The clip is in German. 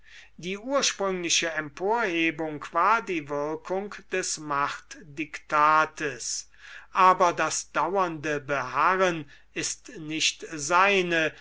die ursprüngliche emporhebung war die wirkung des machtdiktates aber das dauernde beharren ist nicht seine